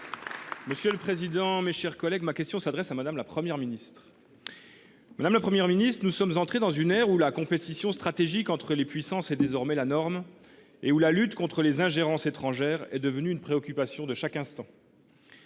pour le groupe Les Républicains. Ma question s’adresse à Mme la Première ministre. Nous sommes entrés dans une ère où la compétition stratégique entre les puissances est désormais la norme, et où la lutte contre les ingérences étrangères est devenue une préoccupation de chaque instant.